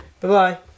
Bye-bye